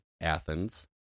Athens